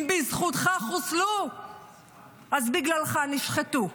אם בזכותך חוסלו אז בגללך נשחטו.